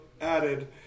added